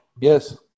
Yes